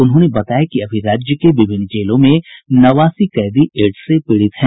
उन्होंने बताया कि अभी राज्य के विभिन्न जेलों में नवासी कैदी एड्स से पीड़ित हैं